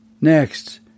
Next